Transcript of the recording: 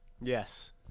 Yes